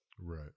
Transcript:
Right